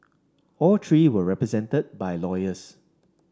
all three were represented by lawyers